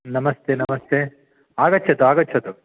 नमस्ते नमस्ते आगच्छतु आगच्छतु